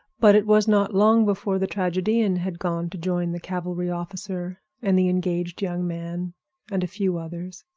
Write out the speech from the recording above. but it was not long before the tragedian had gone to join the cavalry officer and the engaged young man and a few others